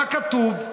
מה כתוב?